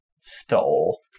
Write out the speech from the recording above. stole